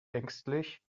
ängstlich